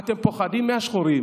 אתם פוחדים מהשחורים,